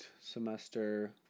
semester